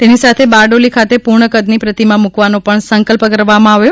તેની સાથે બારડોલી ખાતે પૂર્ણ કદની પ્રતિમા મૂકવાનો પણ સંકલ્પ કરવામાં આવ્યો